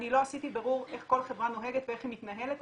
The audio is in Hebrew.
אני לא עשיתי בירור איך כל חברה נוהגת ואיך היא מתנהלת,